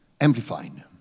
Amplifying